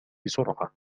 بسرعة